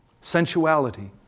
sensuality